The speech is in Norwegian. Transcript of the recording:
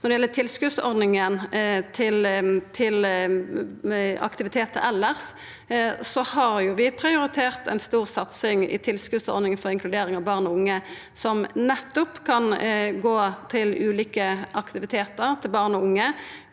Når det gjeld tilskotsordninga til aktivitetar elles, har vi prioritert ei stor satsing i tilskotsordninga for inkludering av barn og unge, som nettopp kan gå til ulike aktivitetar for barn og unge.